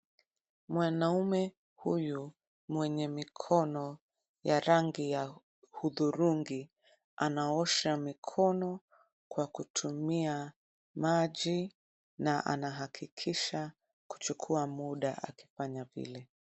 Mwanaume huyu mwenye mikono ya rangi ya hudhurungi, anaosha mikono kwa kutumia maji, na anahakikisha kuchukua muda akifanya vile.